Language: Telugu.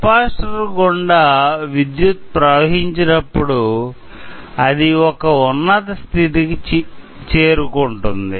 కెపాసిటర్ గుండా విద్యుత్ ప్రవహించినప్పుడు అది ఒక ఉన్నత స్దితికి చేరుకుంటుంది